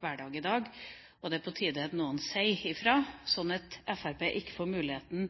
hverdag i dag, og det er på tide at noen sier fra, slik at Fremskrittspartiet ikke får muligheten